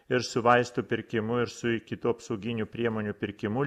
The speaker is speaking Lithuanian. ir su vaistų pirkimu ir su kitų apsauginių priemonių pirkimu